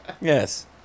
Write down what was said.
Yes